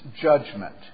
judgment